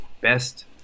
best